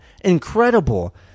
incredible